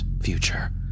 future